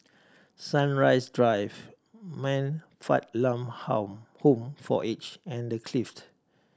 Sunrise Drive Man Fatt Lam Home for Aged and The Clift